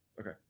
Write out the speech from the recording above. Okay